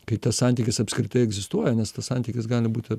kai tas santykis apskritai egzistuoja nes tas santykis gali būt ir